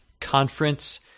Conference